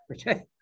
okay